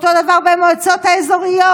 ואותו דבר במועצות האזוריות,